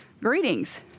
greetings